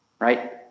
right